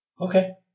Okay